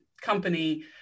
company